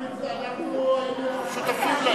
אנחנו שותפים לעניין.